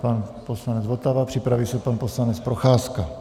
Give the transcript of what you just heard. Pan poslanec Votava, připraví se pan poslanec Procházka.